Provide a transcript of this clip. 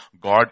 God